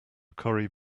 corey